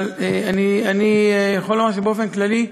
אבל אני יכול לומר שבאופן כללי,